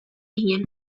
ginen